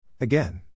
Again